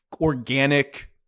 organic